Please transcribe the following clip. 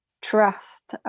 trust